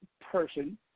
person